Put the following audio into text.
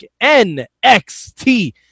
NXT